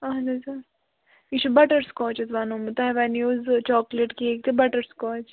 اَہَن حظ آ یہِ چھُ بَٹَر سُکاچ حظ بَنومُت تۄہہِ وَنیوٕ زٕ چاکلیٹ کیک تہٕ بَٹَر سُکاچ